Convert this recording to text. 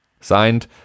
Signed